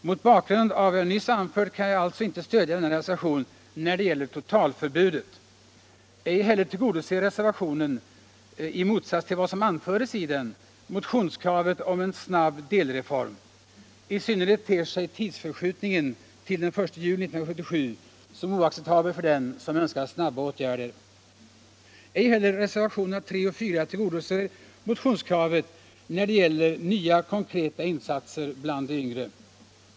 Mot bakgrund av vad jag här anfört kan jag alltså inte stödja denna reservation när det gäller totalförbudet. Inte heller tillgodoser re servationen — i motsats till vad som anförs i den —- motionskravet om en snabb delreform. I synnerhet ter sig tidsförskjutningen till den 1 juli 1977 som oacceptabel för den som önskar snabba åtgärder. Inte heller reservationerna 3 och 4 tillgodoser motionskravet när det gäller nya konkreta insatser bland de yngre.